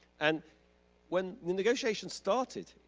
and when the negotiations started,